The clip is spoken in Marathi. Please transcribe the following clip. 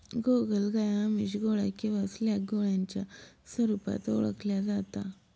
गोगलगाय आमिष, गोळ्या किंवा स्लॅग गोळ्यांच्या स्वरूपात ओळखल्या जाता